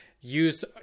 use